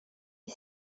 est